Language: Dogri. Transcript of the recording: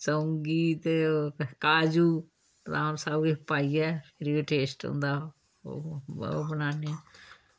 सोंगी ते काजू बदाम सब किश पाइयै फिरी टेस्ट होंदा ओह् ओह् बनान्ने